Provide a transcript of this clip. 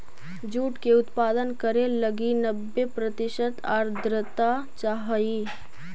jute के उत्पादन करे लगी नब्बे प्रतिशत आर्द्रता चाहइ